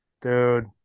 Dude